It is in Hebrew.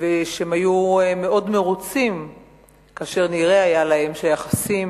והם היו מאוד מרוצים כאשר נראה היה להם שהיחסים